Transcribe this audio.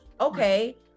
Okay